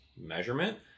measurement